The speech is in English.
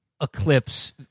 eclipse